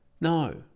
No